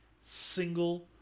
single